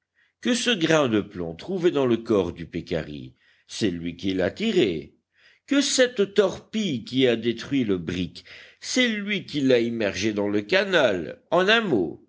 que ce grain de plomb trouvé dans le corps du pécari c'est lui qui l'a tiré que cette torpille qui a détruit le brick c'est lui qui l'a immergée dans le canal en un mot